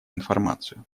информацию